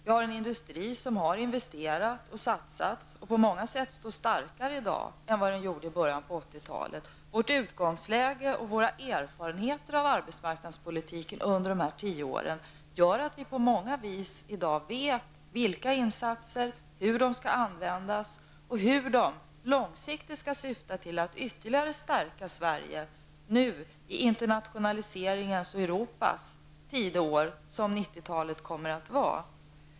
Vi har en industri som har investerat och satsat och på många sätt står starkare i dag än vad den gjorde i början av 80-talet. Vårt utgångsläge och våra erfarenheter av arbetsmarknadspolitiken under de här tio åren gör att vi på många vis i dag vet vilka insatser som behövs, hur de skall användas och hur de långsiktigt skall syfta till att ytterligare stärka Sverige, nu i den internationaliseringens och Europas tid som 90 talet kommer att vara.